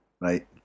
right